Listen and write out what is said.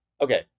okay